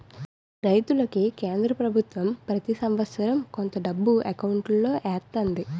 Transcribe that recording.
రైతులకి కేంద్ర పభుత్వం ప్రతి సంవత్సరం కొంత డబ్బు ఎకౌంటులో ఎత్తంది